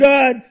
God